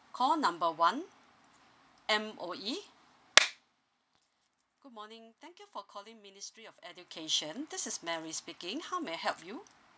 call number one M_O_E good morning thank you for calling ministry of education this is mary speaking how may I help you